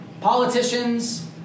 politicians